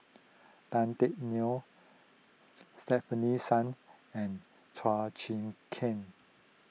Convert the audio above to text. Tan Teck Neo Stefanie Sun and Chua Chim Kang